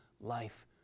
life